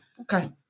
Okay